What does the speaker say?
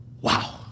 Wow